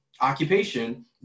Occupation